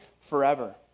forever